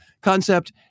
concept